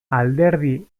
alderdi